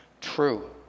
True